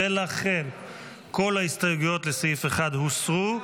ולכן כל ההסתייגויות לסעיף 1 הוסרו.